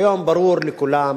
כיום ברור לכולם